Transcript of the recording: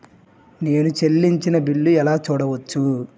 నేను చెల్లించిన బిల్లు ఎలా చూడవచ్చు?